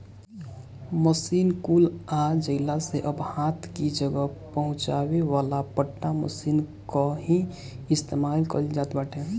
machine कुल आ जइला से अब हाथ कि जगह पहुंचावे वाला पट्टा मशीन कअ ही इस्तेमाल कइल जात बाटे